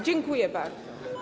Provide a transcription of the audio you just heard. Dziękuję bardzo.